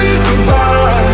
goodbye